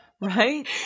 Right